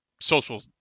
social